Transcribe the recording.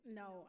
no